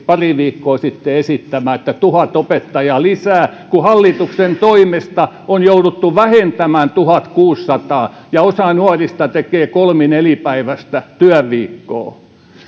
pari viikkoa sitten esittämä tuhat opettajaa lisää kun hallituksen toimesta on jouduttu vähentämään tuhatkuusisataa ja osa nuorista tekee kolmi nelipäiväistä työviikkoa